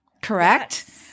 correct